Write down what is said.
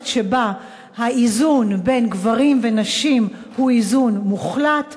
שבה האיזון בין גברים לנשים הוא איזון מוחלט,